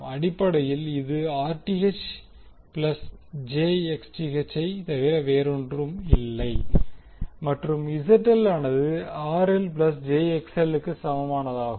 அடிப்படையில் இது Rth plus j XTh ஐ தவிர வேறொன்றும் இல்லை மற்றும் ZL ஆனது RL ப்ளஸ் jXL க்கு சமமானதாகும்